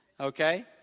Okay